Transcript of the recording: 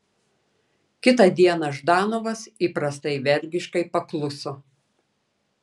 kitą dieną ždanovas įprastai vergiškai pakluso